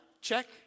check